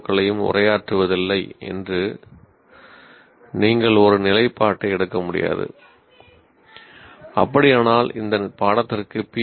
க்களையும் உரையாற்றுவதில்லை என்று நீங்கள் ஒரு நிலைப்பாட்டை எடுக்க முடியாது அப்படியானால் இந்த பாடத்திற்கு பி